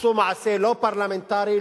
עשו מעשה לא פרלמנטרי,